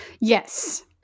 Yes